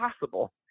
possible